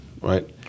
right